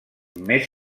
més